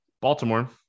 Baltimore